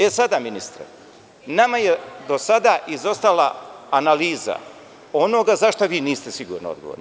E, sada ministre, nama je do sada izostala analiza onoga za šta vi niste sigurno odgovorni.